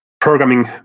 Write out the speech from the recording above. programming